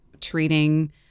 treating